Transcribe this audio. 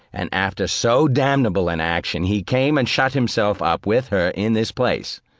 and after so damnable an action, he came and shut himself up with her in this place,